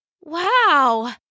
Wow